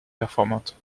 performante